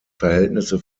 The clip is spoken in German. verhältnisse